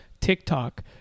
TikTok